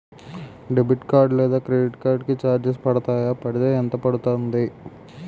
Debit card లేదా credit card కి charges పడతాయా? పడితే ఎంత పడుతుంది?